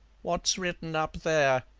what's written up there?